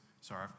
Sorry